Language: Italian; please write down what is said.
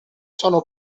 sono